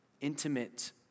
intimate